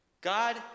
God